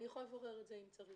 אני יכולה לברר את זה אם צריך.